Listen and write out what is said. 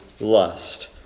lust